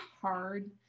hard